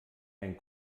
dein